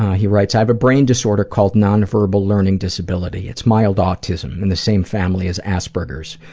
he writes i have a brain disorder called non-verbal learning disability. it's mild autism, in the same family as asperger's.